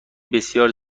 بسیار